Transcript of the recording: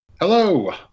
Hello